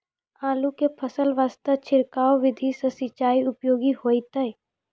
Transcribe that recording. आलू के फसल वास्ते छिड़काव विधि से सिंचाई उपयोगी होइतै?